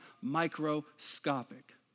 microscopic